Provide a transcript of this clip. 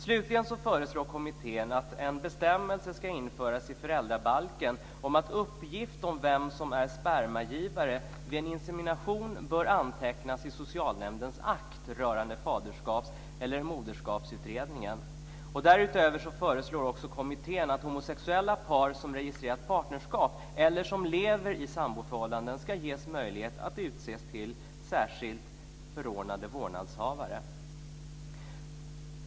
Slutligen föreslår kommittén att en bestämmelse ska införas i föräldrabalken om att uppgift om vem som är spermagivare vid en insemination bör antecknas i socialnämndens akt rörande faderskaps eller moderskapsutredningen. Därutöver föreslår kommittén att homosexuella par som registrerat partnerskap eller som lever i samboförhållanden ska ges möjlighet att utses till särskilt förordnade vårdnadshavare.